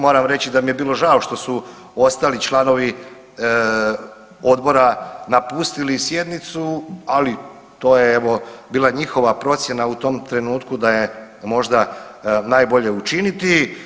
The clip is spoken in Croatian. Moram reći da mi je bilo žao što su ostali članovi odbora napustili sjednicu, ali to je evo bila njihova procjena u tom trenutku da je možda najbolje učiniti.